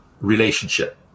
relationship